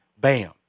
Bam